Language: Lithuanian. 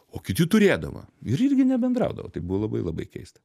o kiti turėdavo ir irgi nebendraudavo tai buvo labai labai keista